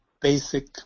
basic